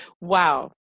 Wow